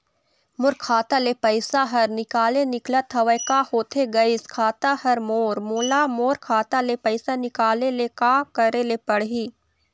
मोर खाता ले पैसा हर निकाले निकलत हवे, का होथे गइस खाता हर मोर, मोला मोर खाता ले पैसा निकाले ले का करे ले पड़ही?